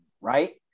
right